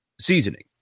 seasoning